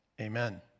Amen